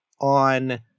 on